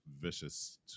vicious